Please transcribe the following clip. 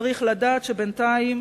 צריך לדעת שבינתיים